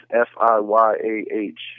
f-i-y-a-h